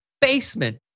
basement